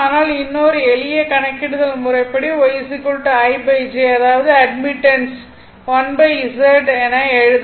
ஆனால் இன்னொரு எளிய கணக்கிடுதல் முறைப்படி Y 1 j அதாவது அட்மிட்டன்ஸ் 1 z என எழுதலாம்